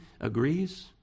agrees